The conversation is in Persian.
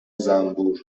زنبور